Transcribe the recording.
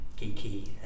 geeky